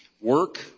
Work